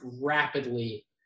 rapidly